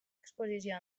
exposició